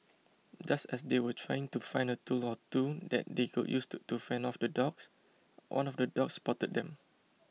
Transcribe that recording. just as they were trying to find a tool or two that they could use to fend off the dogs one of the dogs spotted them